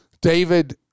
David